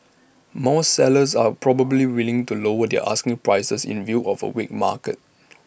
more sellers are probably willing to lower their asking prices in view of A weak market